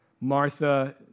Martha